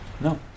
No